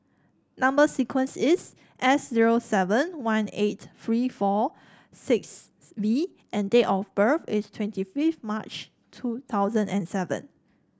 number sequence is S zero seven one eight three four six V and date of birth is twenty fifth March two thousand and seven